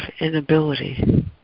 inability